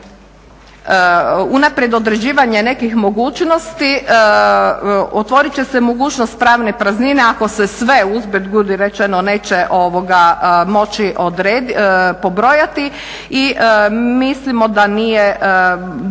unaprijed određivanje nekih mogućnosti otvorit će se mogućnost pravne praznine ako se sve usput budi rečeno neće moći pobrojati i mislimo da nije dobro